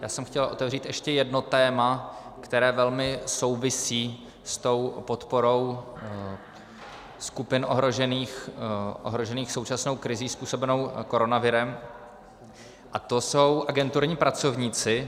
Já jsem chtěl otevřít ještě jedno téma, které velmi souvisí s tou podporou skupin ohrožených současnou krizí způsobenou koronavirem, a to jsou agenturní pracovníci.